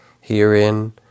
Herein